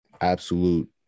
absolute